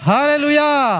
Hallelujah